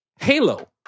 Halo